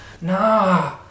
Nah